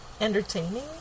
entertaining